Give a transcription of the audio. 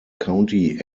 county